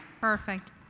Perfect